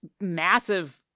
massive